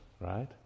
right